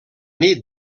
nit